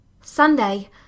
Sunday